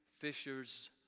fishers